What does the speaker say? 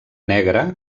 negre